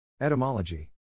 Etymology